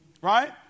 right